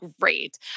great